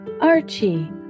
Archie